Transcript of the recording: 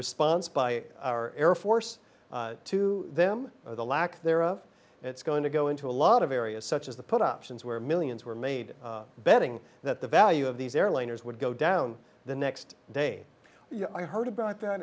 response by our air force to them or the lack thereof it's going to go into a lot of areas such as the put options where millions were made betting that the value of these airliners would go down the next day i heard about that